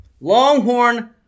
Longhorn